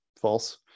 false